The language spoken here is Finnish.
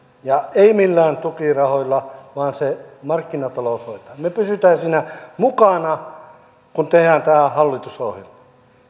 ja ei millään tukirahoilla vaan markkinatalous hoitaa me pysymme siinä mukana kun tehdään tämä hallitusohjelma